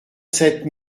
sept